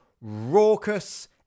raucous